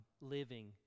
living